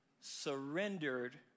surrendered